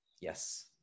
yes